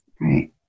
Right